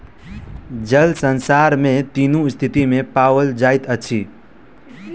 जल संसार में तीनू स्थिति में पाओल जाइत अछि